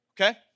okay